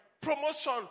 promotion